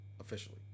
officially